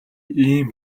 ийм